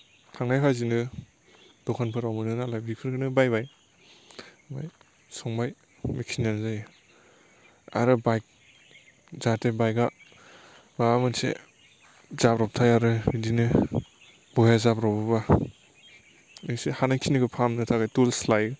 थांनायखाजिनो दखानफोराव मोनो नालाय बेफोरखौनो बायबाय ओमफ्राय संबाय बेखिनियानो जायो आरो बाइक जाहाथे बाइखया माबा मोनसे जाब्र'बथाय आरो बिदिनो ब'या जाब्र'बोबा एसे हानाय खिनिखौ फाहामनो थाखाय टुल्स लायो